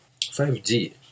5G